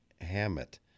Hammett